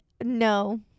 no